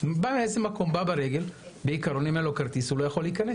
אם אין לו כרטיס הוא לא יכול להיכנס.